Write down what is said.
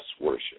worship